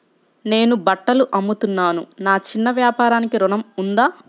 నేను బట్టలు అమ్ముతున్నాను, నా చిన్న వ్యాపారానికి ఋణం ఉందా?